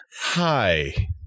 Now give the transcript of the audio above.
Hi